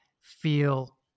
feel